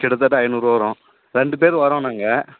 கிட்டத்தட்ட ஐநூறுபா வரும் ரெண்டு பேர் வரோம் நாங்கள்